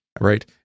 Right